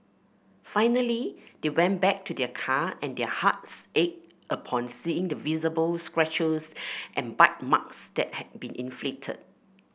finally they went back to their car and their hearts ached upon seeing the visible scratches and bite marks that had been inflicted